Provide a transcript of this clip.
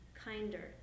kinder